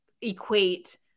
equate